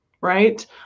right